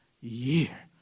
year